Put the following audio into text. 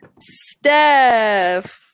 Steph